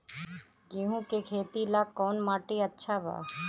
गेहूं के खेती ला कौन माटी अच्छा बा?